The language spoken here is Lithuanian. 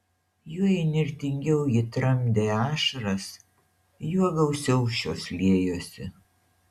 juo įnirtingiau ji tramdė ašaras juo gausiau šios liejosi